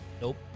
Nope